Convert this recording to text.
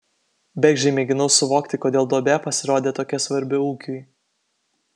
bergždžiai mėginau suvokti kodėl duobė pasirodė tokia svarbi ūkiui